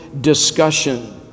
discussion